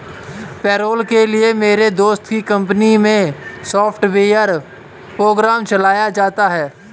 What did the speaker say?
payroll के लिए मेरे दोस्त की कंपनी मै सॉफ्टवेयर प्रोग्राम चलाया जाता है